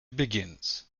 begins